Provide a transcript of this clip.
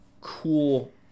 cool